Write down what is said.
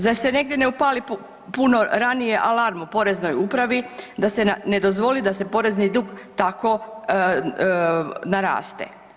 Zar se negdje ne upali puno ranije alarm u poreznoj upravi da se ne dozvoli da se porezni dug tako naraste?